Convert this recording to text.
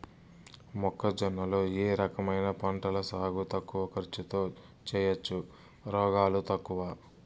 మొక్కజొన్న లో ఏ రకమైన పంటల సాగు తక్కువ ఖర్చుతో చేయచ్చు, రోగాలు తక్కువ?